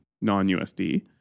non-USD